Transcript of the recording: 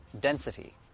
density